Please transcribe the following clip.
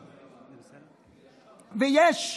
יש,